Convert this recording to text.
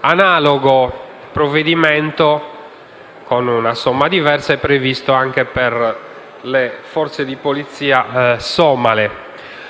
analogo provvedimento con una somma diversa è previsto per le forze di polizia somale.